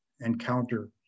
encounter